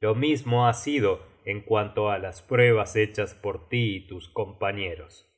lo mismo ha sido en cuanto á las pruebas hechas por tí y tus compañeros